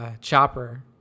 Chopper